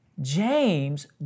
James